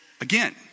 again